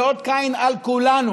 זה אות קין על כולנו.